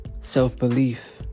self-belief